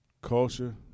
culture